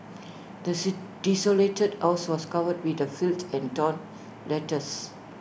this desolated house was covered with the filth and torn letters